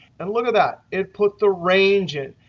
and look at that. it put the range in.